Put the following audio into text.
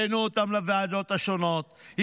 הבאנו אותם לוועדות השונות,